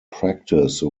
practice